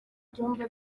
ibyumba